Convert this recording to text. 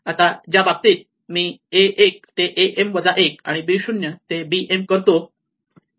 आणि ज्या बाबतीत मी a 1 ते a m वजा 1 आणि b 0 ते b m करतो